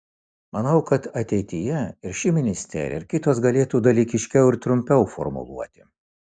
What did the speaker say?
manau kad ateityje ir ši ministerija ir kitos galėtų dalykiškiau ir trumpiau formuluoti